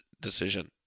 decision